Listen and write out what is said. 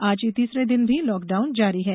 आज तीसरे दिन भी लॉकडाउन जारी है